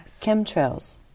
chemtrails